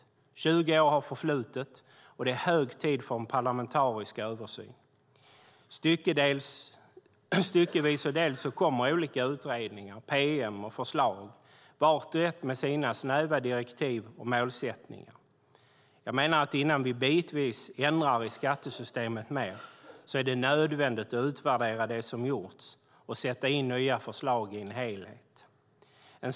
Nu har 20 år förflutit, och det är hög tid för en parlamentarisk översyn. Styckevis och delt kommer olika utredningar, pm och förslag, vart och ett med sina snäva direktiv och målsättningar. Jag menar att det är nödvändigt att utvärdera det som gjorts och sätta in nya förslag i en helhet innan vi bitvis ändrar mer i skattesystemet.